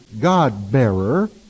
God-bearer